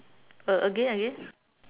a~ again again